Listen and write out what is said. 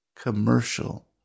commercial